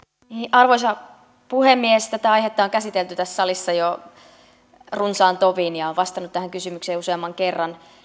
arvoisa puhemies tätä aihetta on käsitelty tässä salissa jo runsaan tovin ja olen vastannut tähän rahoitukseen liittyvään kysymykseen jo useamman kerran